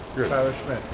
tyler schmitt.